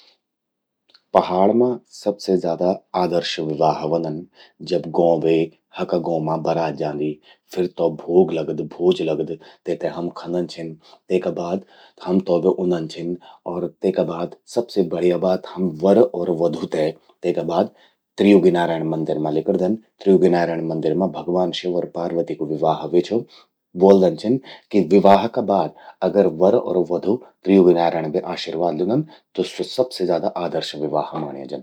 पहाड़ मां सबसे ज्यादा आदर्श विवाह व्हंदन, जब गौं बे गौं मां बरात जांदि। फिर तौ भोग लगद, भोज लगद, तेते हम खंदन छिन। तेका बाद हम तौ बे उंदन छिन और तेका बाद सबसे बढ़िया बात, हम वर और वधू ते तेका बाद त्रियुगीनारायण मंदिर मां लिकरदन। त्रियुगीनारायण मंदिर मां भगवान शिव और पार्वती कू विवाह व्हे छो। ब्वोदन छिन कि विवाह का बाद अगर वर अर वधू त्रियुगीनारायण बे आशीर्वाद ल्यूंदन। त स्वो सबसे ज्यादा आदर्श विवाह व्हंद।